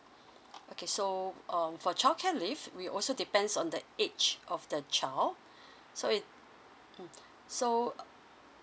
okay so um for childcare leave we also depends on the age of the child so it mm so uh